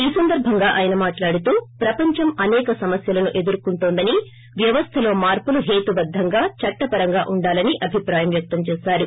ఈ సందర్బంగా ఆయన మాట్లాడుతూ ప్రపంచం అసేక సమస్యలను ఎదుర్కొంటోందని వ్యవస్లలో మార్పులు హాతుబద్దంగా చట్టపరంగా ఉండాలని అభిప్రాయం వ్యక్తం చేశారు